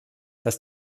dass